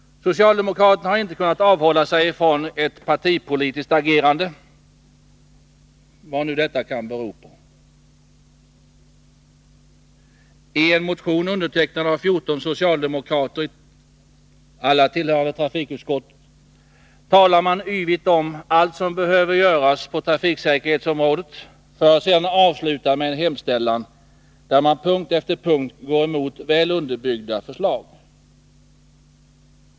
Socialdemokraterna har inte kunnat avhålla sig ifrån ett partipolitiskt agerande — vad nu detta kan bero på. I en motion undertecknad av 14 socialdemokrater, alla tillhörande trafikutskottet, talar man yvigt om allt som behöver göras på trafiksäkerhetsområdet för att sedan avsluta med en hemställan där man på punkt efter punkt går emot väl underbyggda förslag.